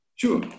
Sure